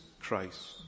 Christ